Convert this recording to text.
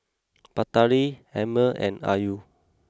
Batari Ammir and Ayu